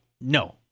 no